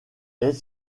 est